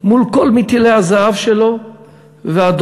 מול כל מטילי הזהב שלו והדולרים.